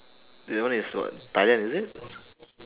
that one is what thailand is it